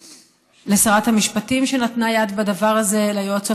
לשרת המשפטים, שנתנה יד בדבר הזה, ליועצות